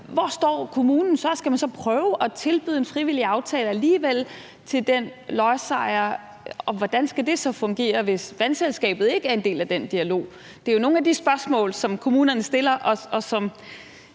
Hvor står kommunen så? Skal man så alligevel prøve at tilbyde en frivillig aftale til den lodsejer? Hvordan skal det så fungere, hvis vandselskabet ikke er en del af den dialog? Det er jo nogle af de spørgsmål, som kommunerne stiller, og som